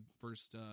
first